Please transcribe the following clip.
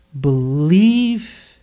believe